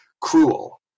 cruel